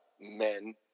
men